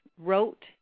wrote